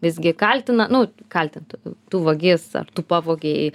visgi kaltina nu kaltint tu vagis ar tu pavogei